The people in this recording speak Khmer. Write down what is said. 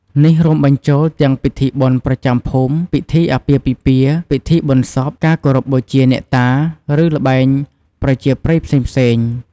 នេះរួមបញ្ចូលទាំងពិធីបុណ្យប្រចាំភូមិ ពិធីអាពាហ៍ពិពាហ៍ ពិធីបុណ្យសព ការគោរពបូជាអ្នកតា ឬល្បែងប្រជាប្រិយផ្សេងៗ។